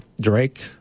Drake